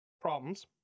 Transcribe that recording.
problems